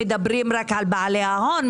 מדברים רק על בעלי ההון,